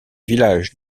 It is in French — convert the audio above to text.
villages